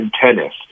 tennis